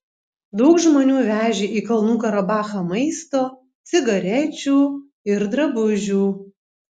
daug žmonių vežė į kalnų karabachą maisto cigarečių ir drabužių